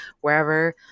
wherever